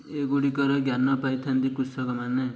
ଏଗୁଡ଼ିକର ଜ୍ଞାନ ପାଇଥାନ୍ତି କୃଷକମାନେ